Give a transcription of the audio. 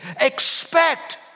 Expect